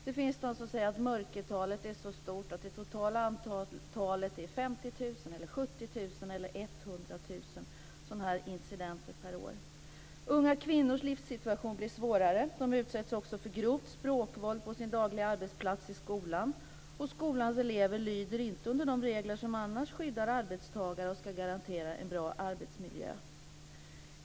Det finns de som säger att mörkertalet är så stort att det totala antalet sådana här incidenter är 50 000 eller 70 000 Unga kvinnors livssituation blir svårare. Dessa kvinnor utsätts också för grovt språkvåld på sin dagliga arbetsplats i skolan, och skolans elever lyder inte under de regler som annars skyddar arbetstagare och som ska garantera en bra arbetsmiljö.